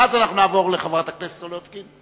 ואז נעבור לחברת הכנסת סולודקין.